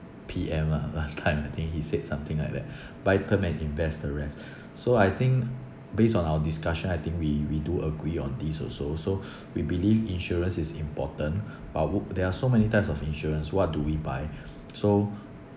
P_M lah last time I think he said something like that buy term and invest the rest so I think based on our discussion I think we we do agree on these also so we believe insurance is important but look there are so many types of insurance what do we buy so